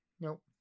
Nope